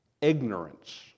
ignorance